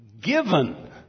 given